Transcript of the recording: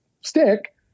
stick